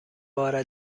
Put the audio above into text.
بار